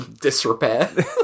disrepair